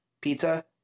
pizza